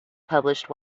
published